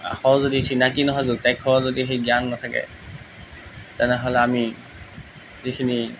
আখৰ যদি চিনাকি নহয় যুক্তাক্ষৰৰ যদি সেই জ্ঞান নাথাকে তেনেহ'লে আমি যিখিনি